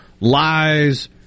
lies